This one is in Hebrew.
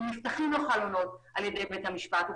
אם נפתחים לו חלונות על ידי בית המשפט הוא